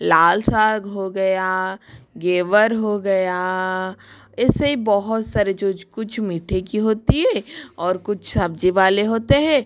लाल साग हो गया गेवर हो गया ऐसे ही बहुत सरे जो कुछ मीठे की होती है और कुछ सब्ज़ी वाले होते है